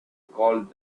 called